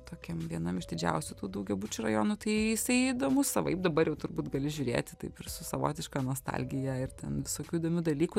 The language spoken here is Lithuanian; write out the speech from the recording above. tokiam vienam iš didžiausių tų daugiabučių rajonų tai jisai įdomus savaip dabar jau turbūt gali žiūrėti taip ir su savotiška nostalgija ir ten visokių įdomių dalykų